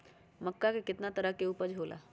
मक्का के कितना तरह के उपज हो ला?